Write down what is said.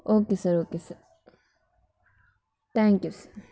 okay sir okay sir thank you sir